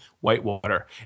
Whitewater